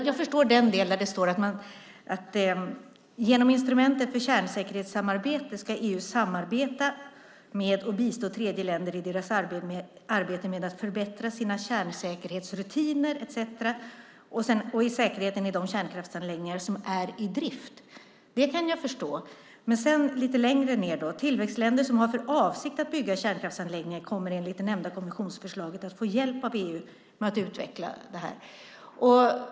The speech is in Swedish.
Jag förstår den del där det står att EU genom instrumentet för kärnsäkerhetssamarbete ska samarbeta med och bistå tredjeländer i deras arbete med att förbättra sina kärnsäkerhetsrutiner etcetera och i säkerheten i de kärnkraftsanläggningar som är i drift. Det kan jag förstå, men lite längre ned i texten står det att tillväxtländer som har för avsikt att bygga kärnkraftsanläggningar kommer enligt det nämnda kommissionsförslaget att få hjälp av EU med att utveckla det.